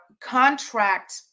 contract